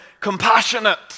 compassionate